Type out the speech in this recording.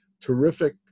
terrific